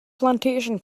plantation